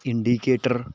indicator